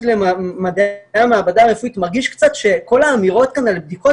למדעי המעבדה אני מרגיש קצת שכל האמירות כאן על בדיקות